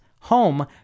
home